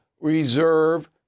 reserve